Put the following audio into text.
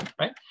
right